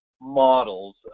models